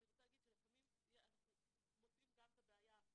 אני רוצה להגיד שלפעמים אנחנו מוצאים גם את הבעיה ההפוכה.